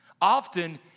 often